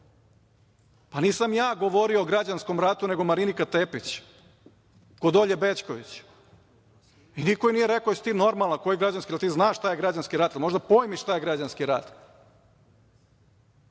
nisam ja govorio o građanskom ratu, nego Marinika Tepić kod Olje Bećković. I, niko joj nije rekao – jesi li ti normalna, koji građanski rat. Da li ti znaš šta je građanski rat? Jel možeš da pojmiš šta je građanski rat?